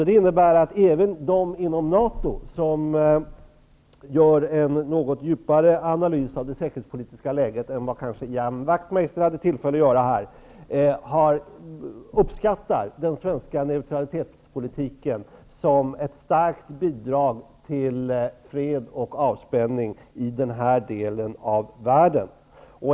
Det innebär att även de inom NATO, som gör en något djupare analys av det säkerhetspolitiska läget än vad kanske Ian Wachtmeister hade tillfälle att göra här, uppskattar den svenska neutralitetspolitiken som ett starkt bidrag till fred och avspänning i den här delen av världen.